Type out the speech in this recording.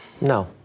No